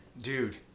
Dude